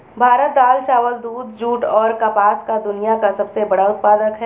भारत दाल, चावल, दूध, जूट, और कपास का दुनिया का सबसे बड़ा उत्पादक है